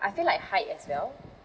I feel like height as well